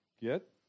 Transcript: get